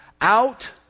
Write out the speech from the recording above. out